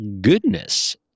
goodness